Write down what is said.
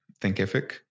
Thinkific